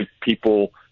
people